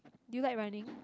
do you like running